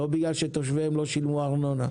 לא בגלל שתושביהן לא שילמו ארנונה.